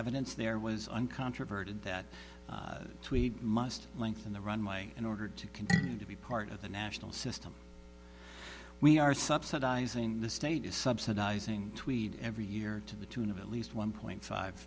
evidence there was uncontroverted that we must lengthen the runway in order to continue to be part of the national system we are subsidizing the state is subsidizing tweed every year to the tune of at least one point five